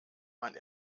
man